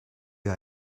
wir